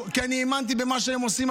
כי אני האמנתי במה שהם עושים,